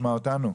חמור.